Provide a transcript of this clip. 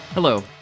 Hello